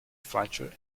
fletcher